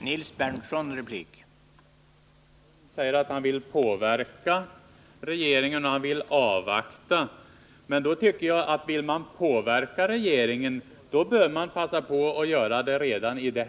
Herr talman! Börje Hörnlund säger att han vill påverka regeringen och avvakta propositionen. Om han vill påverka regeringen, så tycker jag han skall göra det redan nu. Då